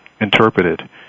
interpreted